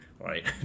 right